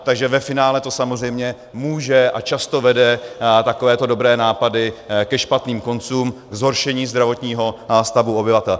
Takže ve finále to samozřejmě může a často vede, takovéto dobré nápady, ke špatným koncům, zhoršení zdravotního stavu obyvatel.